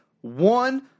one